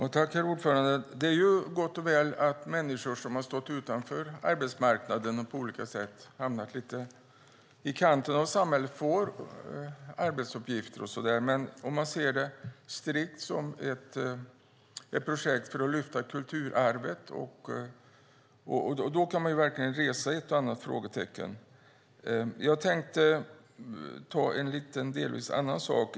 Herr talman! Det är gott och väl att människor som har stått utanför arbetsmarknaden och på olika sätt hamnat lite i kanten av samhället får arbetsuppgifter. Men om man ser det strikt som ett projekt för att lyfta kulturarvet kan man verkligen resa ett och annat frågetecken. Jag tänkte ta upp en delvis annan sak.